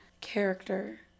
character